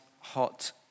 hot